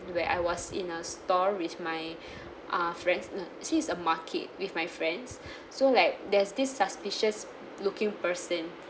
where I was in a store with my uh friends no actually is a market with my friends so like there's this suspicious-looking person